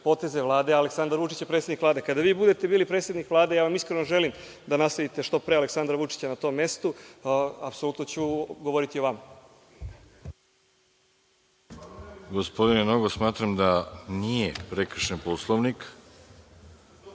poteze Vlade. Aleksandar Vučić je predsednik Vlade. Kada vi budete bili predsednik Vlade, ja vam iskreno želim da nasledite što pre Aleksandra Vučića na tom mestu, apsolutno ću govoriti o vama.